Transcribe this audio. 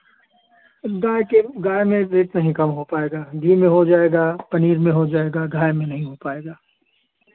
गाय के गाय में रेट नहीं कम हो पाएगा घी में हो जाएगा पनीर में हो जाएगा गाय में नहीं हो पाएगा